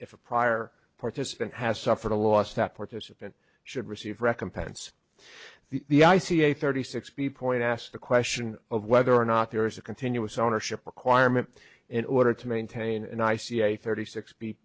if a prior participant has suffered a loss that participant should receive recompense the i c a thirty six b point asked the question of whether or not there is a continuous ownership requirement in order to maintain an i c a thirty six b